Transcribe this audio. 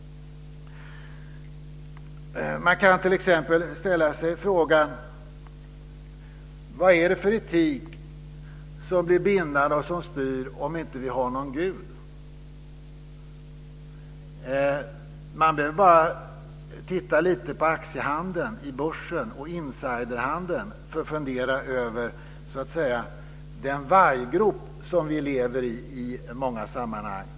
Man kan t.ex. ställa sig frågan vilken etik som blir bindande och styr om vi inte har någon gud. Man behöver bara titta på aktiehandeln på börsen och insiderhandeln för att börja fundera över den varggrop vi lever i, i många sammanhang.